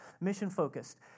Mission-focused